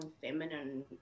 feminine